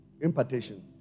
Impartation